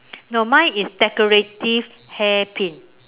no mine is decorative hair pin